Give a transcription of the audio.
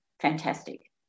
fantastic